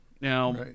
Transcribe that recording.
Now